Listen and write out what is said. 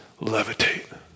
levitate